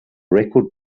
record